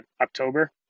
October